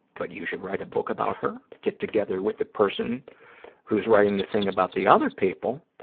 but you should write a book about her, get together with the person who's writing the thing about the other people,